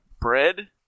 bread